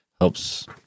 Helps